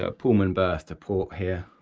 ah pullman berth to port here,